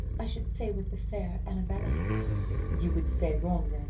i should say with the fair annabella you would say wrong,